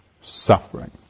Suffering